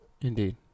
indeed